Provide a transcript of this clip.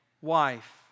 wife